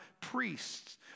priests